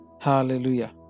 Hallelujah